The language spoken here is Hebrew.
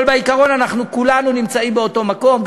אבל בעיקרון אנחנו כולנו נמצאים באותו מקום,